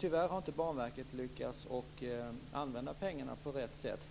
Tyvärr har inte Banverket lyckats använda pengarna på rätt sätt.